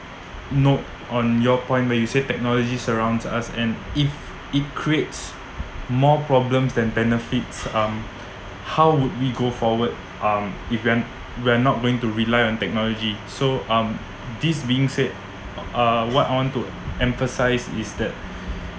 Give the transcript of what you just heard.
note on your point where you say technologies surrounds us and if it creates more problems than benefits um how would we go forward um if wen~ we're not going to rely on technology so um this being said uh what I want to emphasise is that